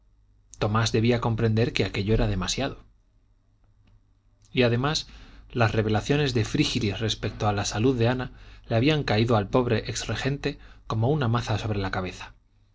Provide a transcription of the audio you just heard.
tomás debía comprender que aquello era demasiado y además las revelaciones de frígilis respecto a la salud de ana le habían caído al pobre ex regente como una maza sobre la cabeza